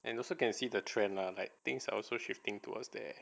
and you also can see the trend lah like things are also shifting towards there